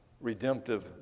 redemptive